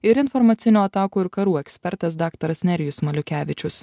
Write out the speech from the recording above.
ir informacinių atakų ir karų ekspertas daktaras nerijus maliukevičius